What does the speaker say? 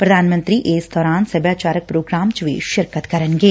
ਪੁਧਾਨ ਮੰਤਰੀ ਇਸ ਦੌਰਾਨ ਸਭਿਆਚਾਰਕ ਪੋਗਰਾਮ ਚ ਵੀ ਸ਼ਿਰਕਤ ਕਰਨਗੇ